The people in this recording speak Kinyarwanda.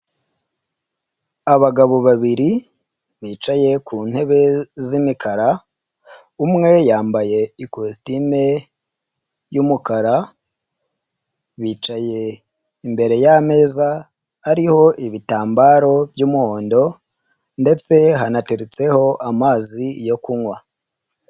Abagabo babiri bicaye ku ntebe z'imikara, umwe yambaye ikositime y'umukara, bicaye imbere y'ameza hariho ibitambaro by'umuhondo ndetse hanateretseho amazi yo kunywa.